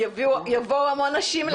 יבואו המון נשים להפגין.